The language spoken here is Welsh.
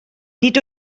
nid